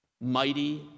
mighty